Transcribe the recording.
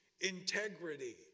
integrity